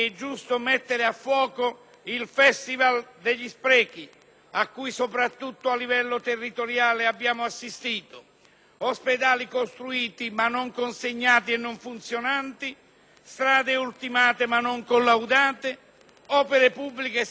a cui, soprattutto a livello territoriale, abbiamo assistito: ospedali costruiti, ma non consegnati e non funzionanti; strade ultimate, ma non collaudate; opere pubbliche senza manutenzione perché nessuno ne riconosce la proprietà;